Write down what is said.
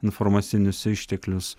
informacinius išteklius